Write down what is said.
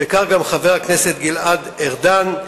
וכך גם חבר הכנסת גלעד ארדן,